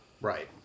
Right